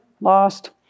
lost